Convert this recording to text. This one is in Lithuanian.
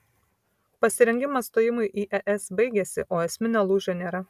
pasirengimas stojimui į es baigėsi o esminio lūžio nėra